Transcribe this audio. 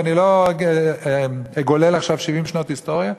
ואני לא אגולל עכשיו 70 שנות היסטוריה,